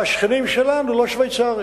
השכנים שלנו לא שוויצרים